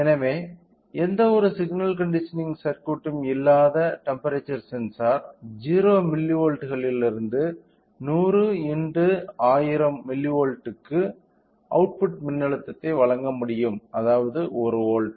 எனவே எந்த ஒரு சிக்னல் கண்டிஷனிங் சர்க்யூட்ம் இல்லாத டெம்ப்பெரேச்சர் சென்சார் 0 மில்லிவோல்ட்களிலிருந்து 100x1000 மில்லிவோல்ட்களுக்கு அவுட்புட் மின்னழுத்தத்தை வழங்க முடியும் அதாவது 1 வோல்ட்